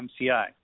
MCI